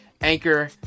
Anchor